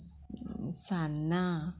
सान्नां